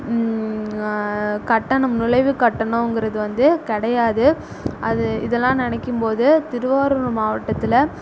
கட்டணம் நுழைவு கட்டணங்கறது வந்து கிடையாது அது இதல்லாம் நினைக்கும்போது திருவாரூர் மாவட்டத்தில்